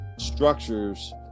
structures